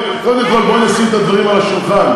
קודם כול, בואי נשים את הדברים על השולחן.